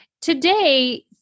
today